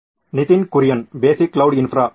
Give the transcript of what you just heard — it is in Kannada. Nitin Kurian basic cloud infra ಹೌದು